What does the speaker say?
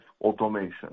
automation